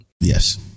Yes